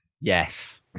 Yes